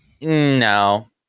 No